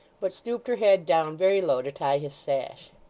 but stooped her head down very low to tie his sash.